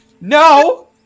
No